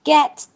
Get